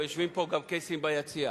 ויושבים פה גם קייסים ביציע,